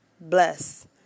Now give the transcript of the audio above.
Bless